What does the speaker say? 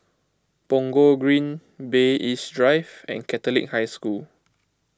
Punggol Green Bay East Drive and Catholic High School